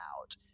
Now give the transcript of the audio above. out